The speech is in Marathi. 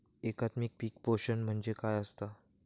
एकात्मिक पीक पोषण म्हणजे काय असतां?